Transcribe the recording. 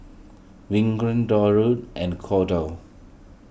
Durwood and Cordell